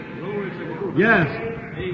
Yes